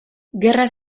gerra